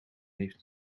heeft